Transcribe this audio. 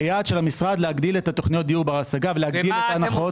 היעד של המשרד להגדיל את תוכניות הדיור בר השגה ולהגדיל את ההנחות.